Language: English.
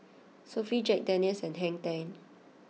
Sofy Jack Daniel's and Hang Ten